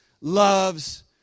loves